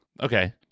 okay